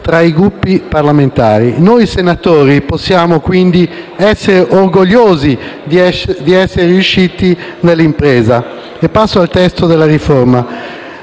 tra i Gruppi parlamentari. Noi senatori possiamo, quindi, essere orgogliosi di essere riusciti nell'impresa. Passo al testo della riforma.